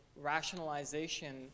rationalization